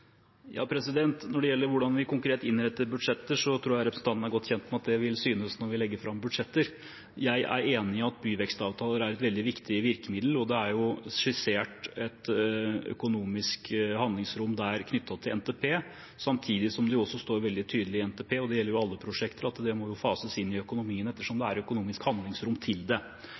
Når det gjelder hvordan vi konkret innretter budsjetter, tror jeg representanten er godt kjent med at det vil synes når vi legger fram budsjetter. Jeg er enig i at byvekstavtaler er et veldig viktig virkemiddel. Det er skissert et økonomisk handlingsrom der knyttet til NTP, samtidig som det også står veldig tydelig i NTP – og det gjelder alle prosjekter – at det må fases inn i økonomien etter som det er økonomisk handlingsrom til det.